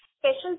special